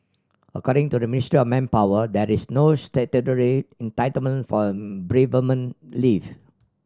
according to the Ministry of Manpower that is no statutory entitlement for bereavement leave